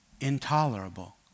intolerable